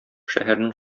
шәһәрнең